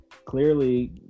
Clearly